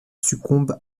succombe